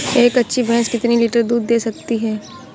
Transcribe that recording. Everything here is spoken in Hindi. एक अच्छी भैंस कितनी लीटर दूध दे सकती है?